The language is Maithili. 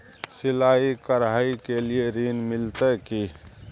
सिलाई, कढ़ाई के लिए ऋण मिलते की?